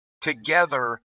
together